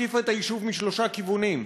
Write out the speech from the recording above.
הקיפה את היישוב משלושה כיוונים.